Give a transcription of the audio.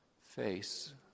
face